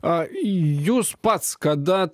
o jūs pats kada